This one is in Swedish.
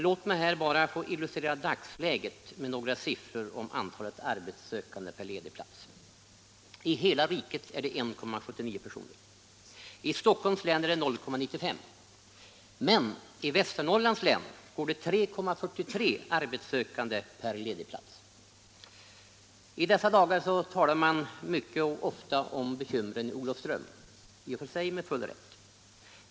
Låt mig här bara få illustrera dagsläget med några siffror om antalet arbetssökande per ledig plats. I hela riket är det 1,79 personer. I Stockholms län är det 0,95, men i Västernorrland går det 3,45 arbetssökande på varje ledig plats. I dessa dagar talar man mycket och ofta om bekymren i Olofström —- i och för sig med full rätt.